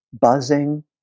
buzzing